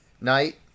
night